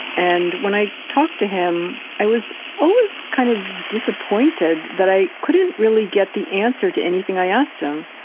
and when i talked to him i was always kind of disappointed that i couldn't really get the answer to anything i asked him.